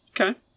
Okay